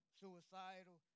suicidal